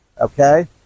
Okay